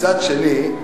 מצד שני,